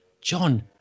John